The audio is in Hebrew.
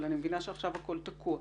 אבל אני מבינה שעכשיו הכול תקוע.